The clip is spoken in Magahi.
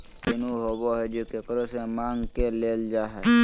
ऋण उ होबा हइ जे केकरो से माँग के लेल जा हइ